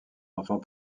enfants